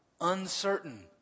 uncertain